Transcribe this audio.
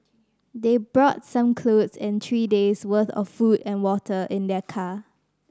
they brought some clothes and three days worth of food and water in their car